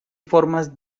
formas